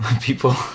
people